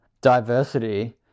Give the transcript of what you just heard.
diversity